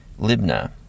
Libna